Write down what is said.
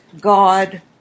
God